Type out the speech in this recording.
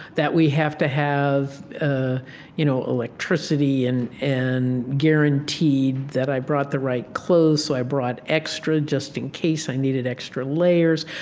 that we have to have ah you know electricity, and and guaranteed that i brought the right clothes, so i brought extra just in case i needed extra layers.